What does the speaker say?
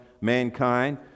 mankind